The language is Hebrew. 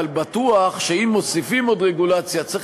אבל בטוח שאם מוסיפים עוד רגולציה צריך